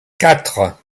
quatre